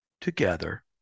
together